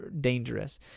dangerous